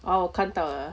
oh 我看到了